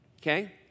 Okay